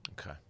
okay